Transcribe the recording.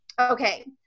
okay